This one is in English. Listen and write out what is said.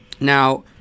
Now